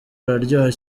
araryoha